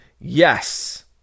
Yes